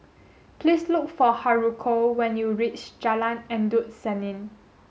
please look for Haruko when you reach Jalan Endut Senin